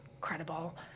credible